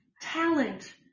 talent